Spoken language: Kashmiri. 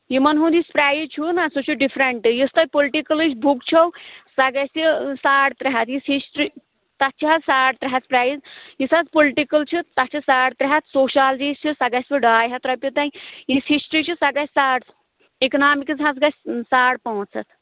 یِمَن ہُنٛد یُس پرٛایس چھُو نا سُہ چھُ ڈِفرَنٛٹہٕ یُس تۄہہِ پُلٹِکَلٕچ بُک چھَو سۄ گژھِ ساڑ ترٛےٚ ہَتھ یُس ہِسٹری تَتھ چھِ حظ ساڑ ترٛےٚ ہَتھ رۄپیہِ پرٛایس یُس حظ پُلٹِکَل چھُ تَتھ چھُ ساڑ ترٛےٚ ہَتھ سوشالجی چھِ سۄ گژھِوٕ ڈاے ہَتھ رۄپیہِ تۄہہِ یُس ہِسٹری چھِ سۄ گژھِ ساڑ اِکناومِکٕس حظ گژھِ ساڑ پانٛژھ ہَتھ